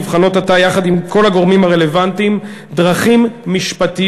נבחנות עתה יחד עם כל הגורמים הרלוונטיים דרכים משפטיות